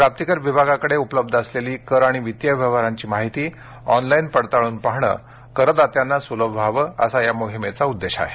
प्राप्तीकर विभागाकडे उपलब्ध असलेली कर आणि वित्तीय व्यवहारांची माहिती ऑनलाईन पडताळून पाहणं करदात्यांना सुलभ व्हावं असा या मोहीमेचा उद्देश आहे